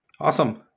awesome